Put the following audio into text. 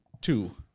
two